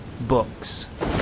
books